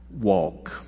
walk